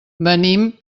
venim